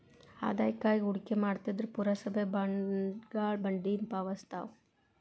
ಆದಾಯಕ್ಕಾಗಿ ಹೂಡಿಕೆ ಮಾಡ್ತಿದ್ರ ಪುರಸಭೆಯ ಬಾಂಡ್ಗಳ ಬಡ್ಡಿನ ಪಾವತಿಸ್ತವ